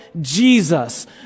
Jesus